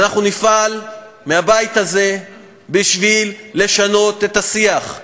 ואנחנו נפעל מהבית הזה בשביל לשנות את השיח,